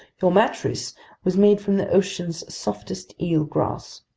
your mattress was made from the ocean's softest eelgrass.